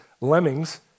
lemmings